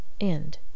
End